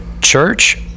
church